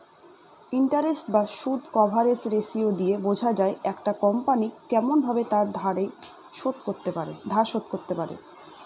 interest বা সুদ coverage ratio দিয়ে বোঝা যায় একটা কোম্পনি কেমন ভাবে তার ধার শোধ করতে পারে